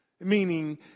meaning